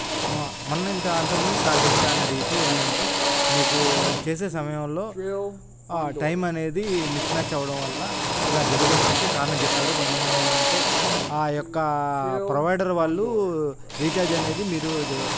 మొ మొన్నింత అంతముందు సార్కు ఒక సార్ని అడిగితే ఏంటంటే మీకు చేసే సమయంలో టైం అనేది మిస్మ్యాచ్ అవ్వడం వల్ల ఇలా జరిగుండచ్చు కారణం చెప్పారు కొంతమంది ఏంటంటే ఆ యొక్క ప్రొవైడర్ వాళ్ళు రీఛార్జ్ అనేది మీరు